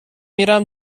میرم